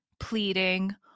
pleading